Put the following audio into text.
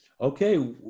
Okay